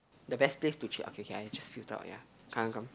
the best place to chill okay K K I just filter out ya come come come